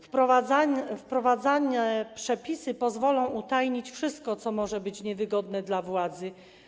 Wprowadzane przepisy pozwolą utajnić wszystko, co może być niewygodne dla władzy.